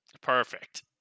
Perfect